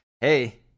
hey